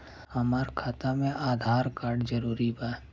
हमार खाता में आधार कार्ड जरूरी बा?